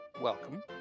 welcome